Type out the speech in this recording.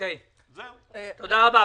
תודה רבה.